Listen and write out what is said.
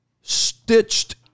stitched